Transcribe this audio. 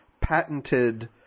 patented –